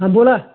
हां बोला